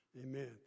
Amen